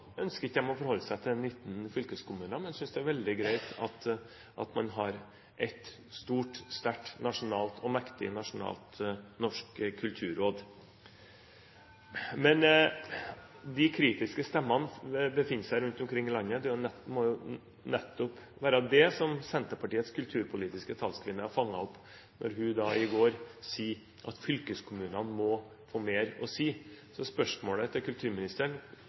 ønsker de ikke å forholde seg til 19 fylkeskommuner, men synes det er veldig greit at man har ett stort, sterkt, mektig og nasjonalt norsk kulturråd. Men det må jo nettopp være de kritiske stemmene som befinner seg rundt omkring i landet, som Senterpartiets kulturpolitiske talskvinne har fanget opp når hun – i går – sier at fylkeskommunene må få mer å si. Så spørsmålet til kulturministeren